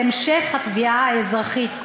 להמשך התביעה האזרחית.